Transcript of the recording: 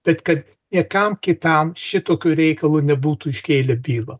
bet kad niekam kitam šitokiu reikalu nebūtų iškėlę bylą